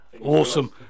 Awesome